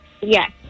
Yes